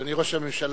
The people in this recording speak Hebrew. אדוני ראש הממשלה,